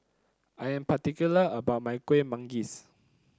I am particular about my Kuih Manggis